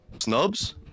snubs